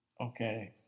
Okay